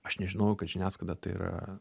aš nežinojau kad žiniasklaida tai yra